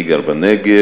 אני גר בנגב.